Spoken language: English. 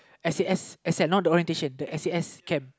S_A_S as in not the orientation the S_A_S camp